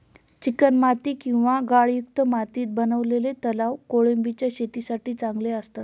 चिकणमाती किंवा गाळयुक्त मातीत बनवलेले तलाव कोळंबीच्या शेतीसाठी चांगले असतात